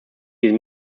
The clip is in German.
diese